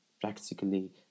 practically